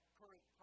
current